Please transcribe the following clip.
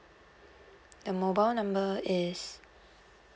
the mobile number is